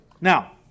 Now